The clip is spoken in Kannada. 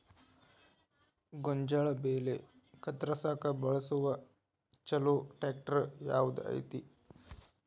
ಗೋಂಜಾಳ ಬೆಳೆ ಕತ್ರಸಾಕ್ ಬಳಸುವ ಛಲೋ ಟ್ರ್ಯಾಕ್ಟರ್ ಯಾವ್ದ್ ಐತಿ?